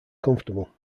comfortable